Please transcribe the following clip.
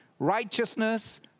Righteousness